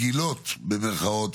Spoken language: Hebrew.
תעשה.